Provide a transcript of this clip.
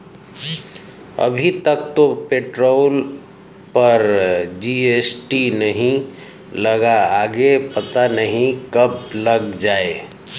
अभी तक तो पेट्रोल पर जी.एस.टी नहीं लगा, आगे पता नहीं कब लग जाएं